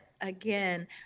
again